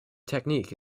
technique